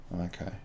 Okay